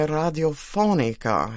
radiofonica